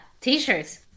T-shirts